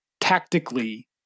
tactically